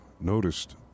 noticed